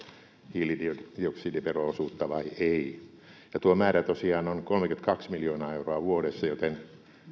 hiilidioksidivero osuutta vai ei tuo määrä tosiaan on kolmekymmentäkaksi miljoonaa vuodessa joten